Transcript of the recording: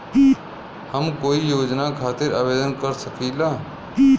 हम कोई योजना खातिर आवेदन कर सकीला?